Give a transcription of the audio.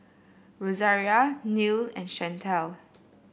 Rosaria Neil and Shantel